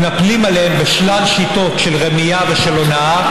מתנפלים עליהם בשלל שיטות של רמייה ושל הונאה,